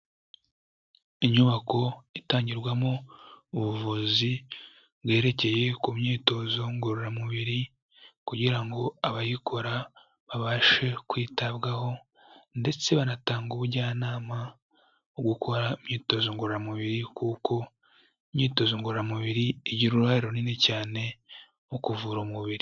Inyubako itangirwamo ubuvuzi bwerekeye ku myitozo ngororamubiri, kugira ngo abayikora babashe kwitabwaho ndetse banatanga ubujyanama mu gukora imyitozo ngororamubiri, kuko imyitozo ngororamubiri igira uruhare runini cyane mu kuvura umubiri.